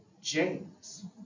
James